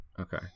Okay